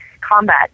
combat